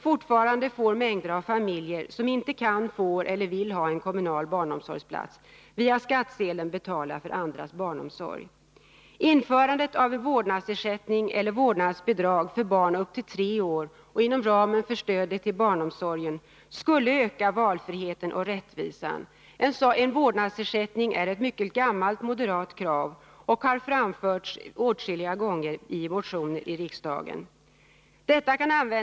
Fortfarande får mängder av familjer som inte kan, får eller vill ha en kommunal omsorgsplats, via skattsedeln betala för andras barnomsorg. Införandet av en vårdnadsersättning eller vårdnadsbidrag för barn upp till tre år och inom ramen för stödet till barnomsorgen skulle öka valfriheten och rättvisan. En vårdnadsersättning är ett mycket gammalt moderat krav, som framförts åtskilliga gånger av oss i riksdagen.